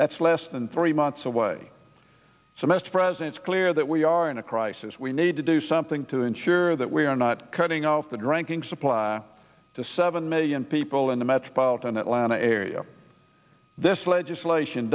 that's less than three months away so master presents clear that we are in a crisis we need to do something to ensure that we are not cutting off the drinking supply to seven million people in the metropolitan atlanta area this legislation